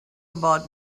about